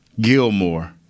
Gilmore